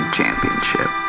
Championship